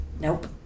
Nope